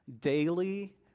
daily